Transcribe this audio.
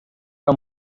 are